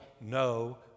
no